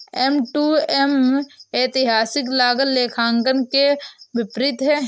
M to M ऐतिहासिक लागत लेखांकन के विपरीत है